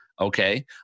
Okay